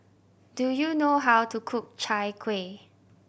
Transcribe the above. do you know how to cook Chai Kueh